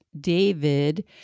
David